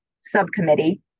subcommittee